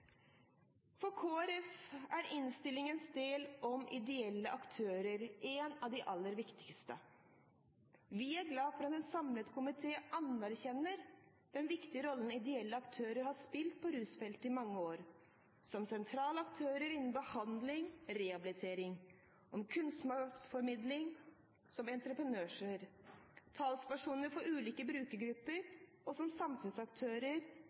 Kristelig Folkeparti er innstillingens del om ideelle aktører en av de aller viktigste. Vi er glad for at en samlet komité anerkjenner den viktige rollen ideelle aktører har spilt på rusfeltet i mange år, som sentrale aktører innen behandling og rehabilitering, som kunnskapsformidlere, som entreprenører, som talspersoner for ulike brukergrupper og som